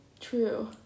True